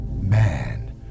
man